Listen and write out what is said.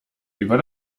über